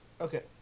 Okay